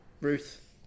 Ruth